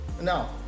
Now